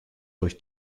durch